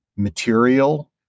material